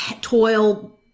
toil